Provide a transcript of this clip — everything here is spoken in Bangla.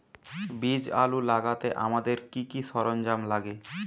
বীজ আলু লাগাতে আমাদের কি কি সরঞ্জাম লাগে?